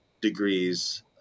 degrees